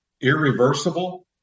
irreversible